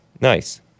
Nice